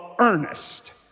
earnest